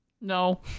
No